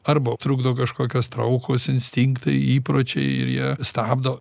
arba trukdo kažkokios traukos instinktai įpročiai ir jie stabdo